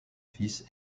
fils